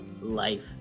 life